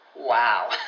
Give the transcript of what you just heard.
Wow